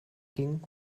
ging